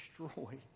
destroy